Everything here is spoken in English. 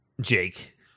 Jake